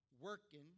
Working